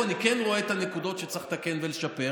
אני כן רואה את הנקודות שצריך לתקן ולשפר,